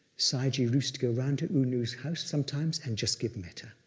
sayagyi used to go around to u nu's house sometimes and just give metta.